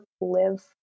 live